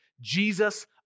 Jesus